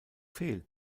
fehl